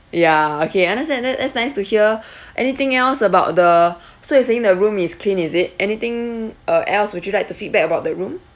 yeah okay understand that that's nice to hear anything else about the so you were saying the room is clean is it anything uh else would you like to feedback about the room